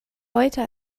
heute